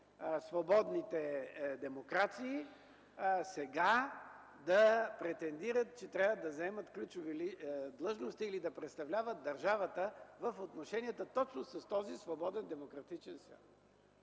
свободните демокрации, сега да претендират, че трябва да заемат ключови длъжности или да представляват държавата в отношенията точно с този свободен демократичен свят.